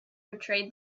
betrayed